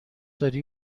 داری